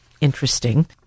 interesting